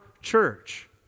church